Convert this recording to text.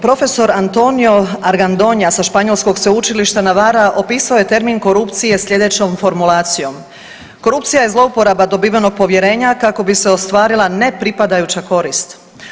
Profesor Antonio Argandona sa španjolskog sveučilišta Navara opisao je termin korupcije sljedećom formulacijom: „Korupcija je zlouporaba dobivenog povjerenja kako bi se ostvarila ne pripadajuća korist“